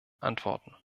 antworten